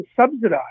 subsidize